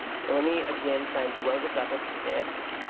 so let me again try and blow this up a bit.